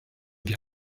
wir